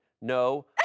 no